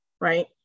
right